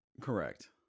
Correct